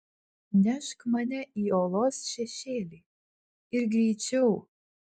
nešk mane į uolos šešėlį ir greičiau